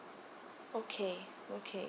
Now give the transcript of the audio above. okay okay